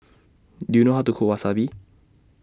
Do YOU know How to Cook Wasabi